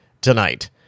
tonight